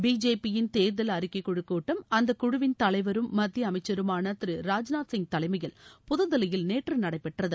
பிஜேபியின் தேர்தல் அறிக்கைக்குழுக் கூட்டம் அந்த குழுவின் தலைவரும் மத்திய அமைச்சருமான திரு ராஜ்நாத் சிங் தலைமையில் புதுதில்லியில் நேற்று நடைபெற்றது